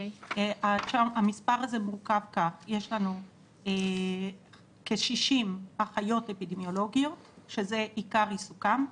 יש לנו כ-60 אחיות אפידמיולוגיות שזה עיקר עיסוקן.